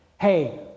hey